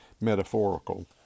metaphorical